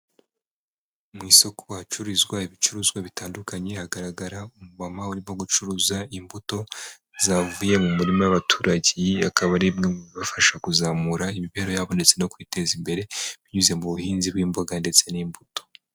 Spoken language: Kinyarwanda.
Mu isoko hacururizwa ibicuruzwa bitandukanye, hagaragara umumama urimo gucuruza imbuto zavuye mu murima w'abaturage, akaba ari bimwe mu bibafasha kuzamura imibereho yabo, ndetse no kwiteza imbere binyuze mu buhinzi bw'imboga, ndetse n'imbuto.